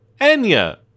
Enya